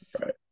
right